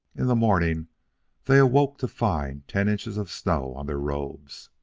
in the morning they awoke to find ten inches of snow on their robes.